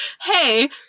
hey